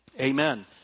amen